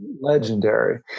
Legendary